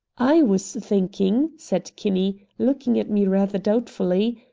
i was thinking, said kinney, looking at me rather doubtfully,